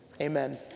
Amen